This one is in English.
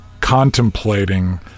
contemplating